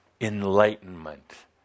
enlightenment